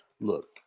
Look